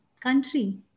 country